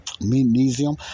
Magnesium